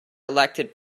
elected